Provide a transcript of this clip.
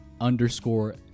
underscore